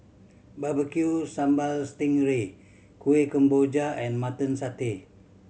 Barbecue Sambal sting ray Kuih Kemboja and Mutton Satay